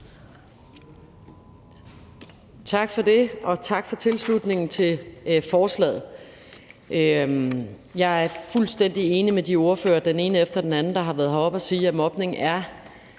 Tak for det. Og tak for tilslutningen til forslaget. Jeg er fuldstændig enig med de ordførere, der den ene efter den anden har været heroppe at sige, at mobning er